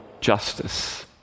justice